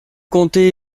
comté